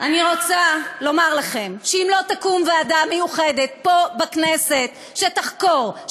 אני רוצה לומר לכם שאם לא תקום ועדה מיוחדת פה בכנסת שתחקור,